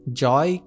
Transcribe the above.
joy